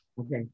Okay